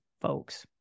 folks